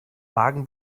magen